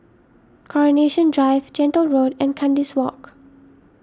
Coronation Drive Gentle Road and Kandis Walk